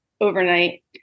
overnight